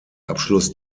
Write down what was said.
abschluss